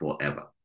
forever